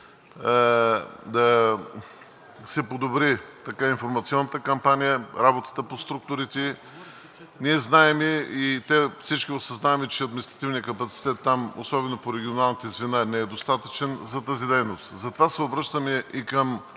да се подобри информационната кампания, работата по структурите. Ние всички осъзнаваме, че административният капацитет там, особено по регионалните звена, не е достатъчен за тази дейност. Затова се обръщаме и към